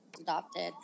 adopted